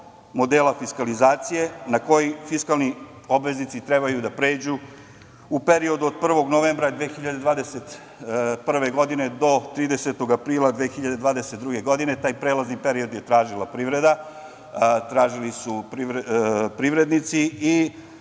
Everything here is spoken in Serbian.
modela fiskalizacije na koji fiskalni obveznici trebaju da pređu u periodu od 1. novembra 2021. godine do 30. aprila 2022. godine. Taj prelazni period je tražila privreda, tražili su privrednici.